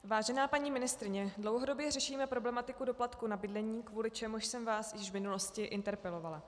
Vážená paní ministryně, dlouhodobě řešíme problematiku doplatku na bydlení, kvůli čemuž jsem vás již v minulosti interpelovala.